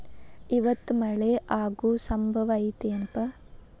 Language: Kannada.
ಇವತ್ತ ಮಳೆ ಆಗು ಸಂಭವ ಐತಿ ಏನಪಾ?